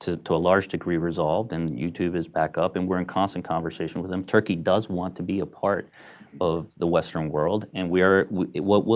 to to a large degree resolved, and youtube is back up, and we're in constant conversation with them. turkey does want to be a part of the western world, and we are what